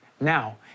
Now